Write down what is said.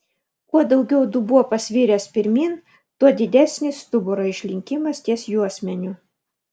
kuo daugiau dubuo pasviręs pirmyn tuo didesnis stuburo išlinkimas ties juosmeniu